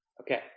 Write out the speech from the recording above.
Okay